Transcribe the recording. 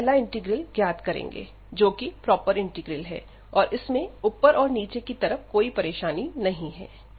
अब हम पहला इंटीग्रल ज्ञात करेंगे जो कि प्रॉपर इंटीग्रल है और इसमें ऊपर और नीचे की तरफ कोई परेशानी नहीं है